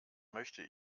möchte